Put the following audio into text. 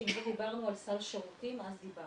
שעם זה דיברנו על סל שירותים אז דיברנו.